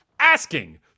Asking